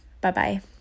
Bye-bye